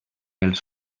els